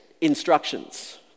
instructions